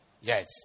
yes